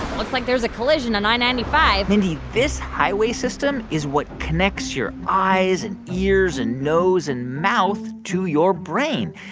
looks like there's a collision on i ninety five point mindy, this highway system is what connects your eyes and ears and nose and mouth to your brain.